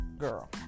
girl